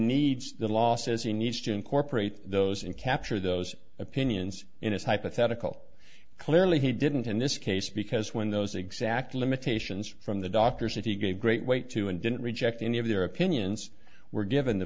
needs the losses he needs to incorporate those in capture those opinions in his hypothetical clearly he didn't in this case because when those exact limitations from the doctors that he gave great weight to and didn't reject any of their opinions were given the